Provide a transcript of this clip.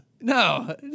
No